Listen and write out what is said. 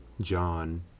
John